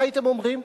מה הייתם אומרים?